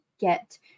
get